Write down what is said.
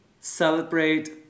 celebrate